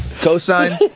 Cosine